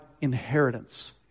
inheritance